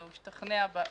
הוא השתכנע ברף